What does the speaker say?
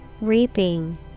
Reaping